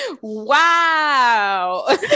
Wow